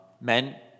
Men